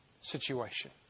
situation